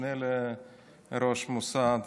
משנה לראש המוסד,